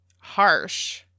harsh